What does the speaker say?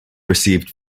received